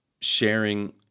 sharing